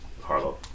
Harlow